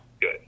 Good